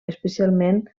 especialment